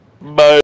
Bye